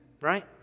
right